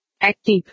Active